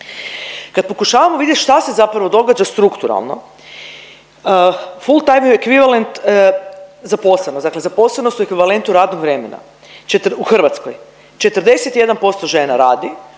Kad pokušavamo vidjet šta se zapravo događa strukturalno …/Govornik se ne razumije./…zaposlenost, dakle zaposlenost u ekvivalentu radnog vremena u Hrvatskoj, 41% žena radi,